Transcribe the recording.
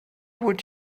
would